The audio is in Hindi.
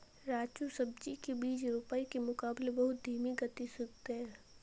राजू सब्जी के बीज रोपाई के मुकाबले बहुत धीमी गति से उगते हैं